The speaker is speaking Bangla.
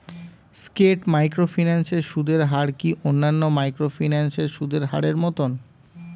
স্কেট মাইক্রোফিন্যান্স এর সুদের হার কি অন্যান্য মাইক্রোফিন্যান্স এর সুদের হারের মতন?